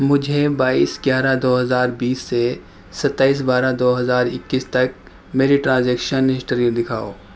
مجھے بائیس گیارہ دو ہزار بیس سے ستائیس بارہ دو ہزار اکیس تک میری ٹرانزیکشن ہسٹری دِکھاؤ